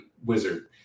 wizard